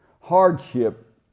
hardship